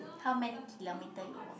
how many kilometre you walk